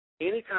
Anytime